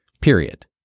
Period